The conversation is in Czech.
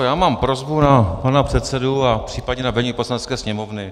Já mám prosbu na pana předsedu a případně na vedení Poslanecké sněmovny.